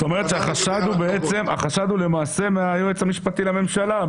זה למעשה מהיועץ המשפטי לממשלה.